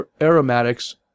aromatics